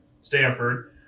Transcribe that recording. Stanford